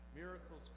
miracles